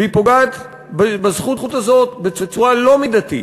והיא פוגעת בזכות הזאת בצורה לא מידתית,